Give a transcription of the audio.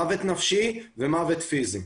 מוות נפשי ומוות פיזי.